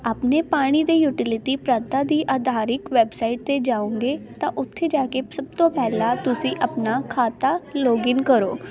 ਆਪਣੇ ਪਾਣੀ ਅਤੇ ਯੂਟੀਲਿਟੀ ਪ੍ਰਾਂਤਾਂ ਦੀ ਆਧਾਰਿਕ ਵੈਬਸਾਈਟ 'ਤੇ ਜਾਓਗੇ ਤਾਂ ਉੱਥੇ ਜਾ ਕੇ ਸਭ ਤੋਂ ਪਹਿਲਾਂ ਤੁਸੀਂ ਆਪਣਾ ਖਾਤਾ ਲੋਗਿਨ ਕਰੋ